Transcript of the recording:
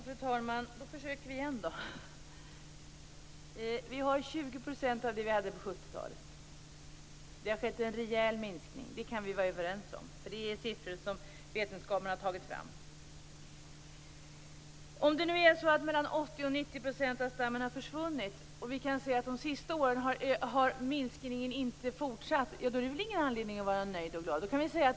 Fru talman! Då försöker vi igen. Vi har 20 % av den stam vi hade på 70-talet. Det har skett en rejäl minskning. Det kan vi vara överens om. Det är siffror som vetenskapen har tagit fram. Om det nu är så att 80-90 % av stammen har försvunnit, och vi kan se att de senaste åren har minskningen inte fortsatt, är det väl ingen anledning att vara nöjd och glad.